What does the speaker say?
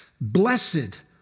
Blessed